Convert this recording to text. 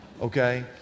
Okay